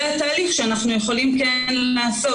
זה התהליך שאנחנו יכולים לעשות.